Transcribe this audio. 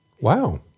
Wow